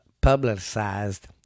publicized